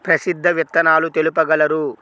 ప్రసిద్ధ విత్తనాలు తెలుపగలరు?